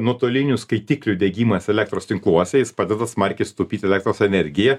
nuotolinių skaitiklių diegimas elektros tinkluose jis padeda smarkiai sutaupyt elektros energiją